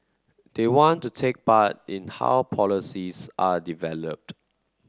they want to take part in how policies are developed